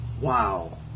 Wow